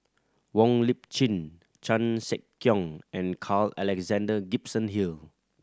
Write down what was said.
Wong Lip Chin Chan Sek Keong and Carl Alexander Gibson Hill